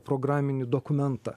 programinį dokumentą